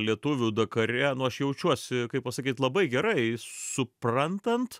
lietuvių dakare nu aš jaučiuosi kaip pasakyt labai gerai suprantant